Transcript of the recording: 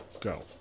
go